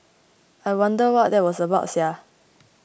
I wonder what that was about sia